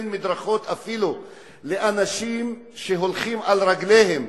לאנשים שהולכים על רגליהם,